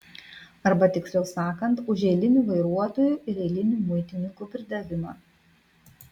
arba tiksliau sakant už eilinių vairuotojų ir eilinių muitininkų pridavimą